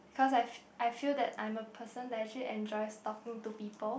cause I I feel that I'm a person that actually enjoy talking to people